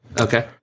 Okay